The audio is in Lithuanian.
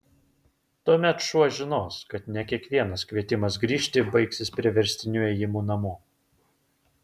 tuomet šuo žinos kad ne kiekvienas kvietimas grįžti baigsis priverstiniu ėjimu namo